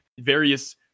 various